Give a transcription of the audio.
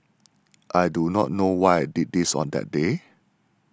I do not know why I did this on that day